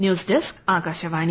news desk Akashvani